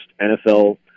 NFL